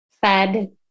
fed